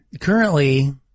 currently